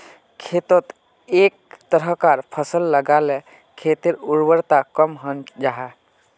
खेतोत एके तरह्कार फसल लगाले खेटर उर्वरता कम हन जाहा